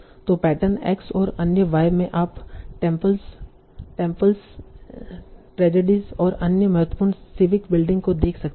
तो pattern x और अन्य y में आप टेम्पलस ट्रेजेडिस और अन्य महत्वपूर्ण सिविक बिल्डिंग्स को देख सकते हैं